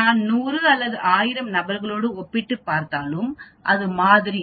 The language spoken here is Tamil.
நான் 100 அல்லது 1000 நபர்களோடு ஒப்பிட்டுப் பார்த்தாலும் அது மாதிரி